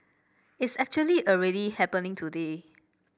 it's actually already happening today